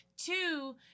Two